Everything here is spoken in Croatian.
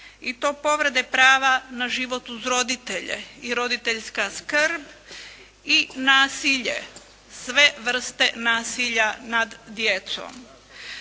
i to povrede prava na život uz roditelje i roditeljska skrb, i nasilje, sve vrste nasilja nad djecom.